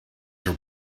your